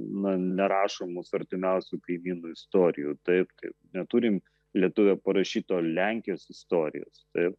na nerašom mūsų artimiausių kaimynų istorijų taip kaip neturim lietuvio parašyto lenkijos istorijos taip